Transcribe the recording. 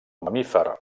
mamífer